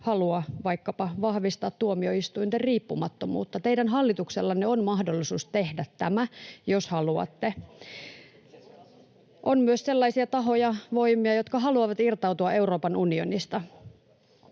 halua vaikkapa vahvistaa tuomioistuinten riippumattomuutta. Teidän hallituksellanne on mahdollisuus tehdä tämä, jos haluatte. On myös sellaisia tahoja, voimia, jotka haluavat irtautua Euroopan unionista.